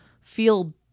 feel